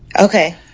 Okay